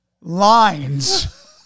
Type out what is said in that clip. lines